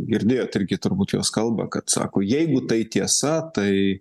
girdėjot irgi turbūt jos kalbą kad sako jeigu tai tiesa tai